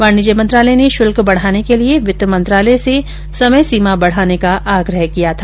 वाणिज्य मंत्रालय ने शुल्क बढ़ाने के लिये वित्त मंत्रालय से समय सीमा बढ़ाने का आग्रह किया था